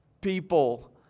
people